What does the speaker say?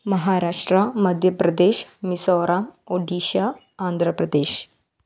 Maharashtra Madhya Pradesh Mizoram Odisha Andhra Pradesh